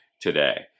today